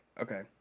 Okay